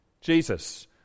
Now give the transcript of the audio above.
Jesus